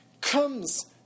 comes